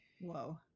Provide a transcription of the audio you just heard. whoa